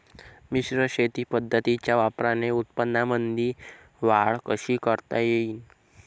मिश्र शेती पद्धतीच्या वापराने उत्पन्नामंदी वाढ कशी करता येईन?